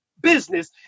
business